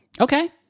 okay